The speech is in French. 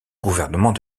gouvernement